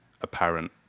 apparent